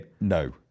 No